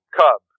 cub